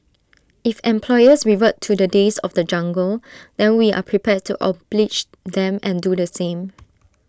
if employers revert to the days of the jungle then we are prepared to oblige them and do the same